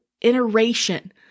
iteration